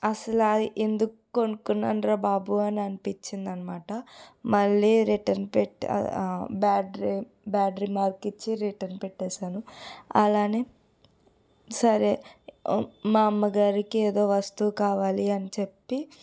అసలా అది ఎందుకు కొనుక్కున్నాను రా బాబు అని అనిపించింది అనమాట మళ్ళీ రిటర్న్ పెట్టి అది బ్యాడ్ రి బ్యాడ్ రిమర్క్ ఇచ్చి రిటర్న్ పెట్టేసాను అలానే సరే మా అమ్మగారికి ఏదో వస్తువు కావాలి అని చెప్పి